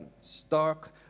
Stark